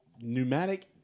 pneumatic